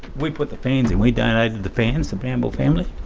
we put the fans in, we donated the fans, the bramble family.